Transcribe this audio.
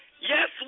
Yes